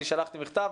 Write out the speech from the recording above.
אני שלחתי מכתב,